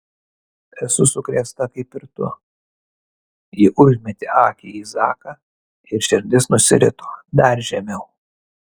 esu sukrėsta kaip ir tu ji užmetė akį į zaką ir širdis nusirito dar žemiau